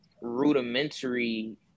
rudimentary